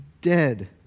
dead